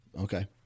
Okay